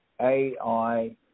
AI